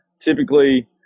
typically